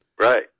Right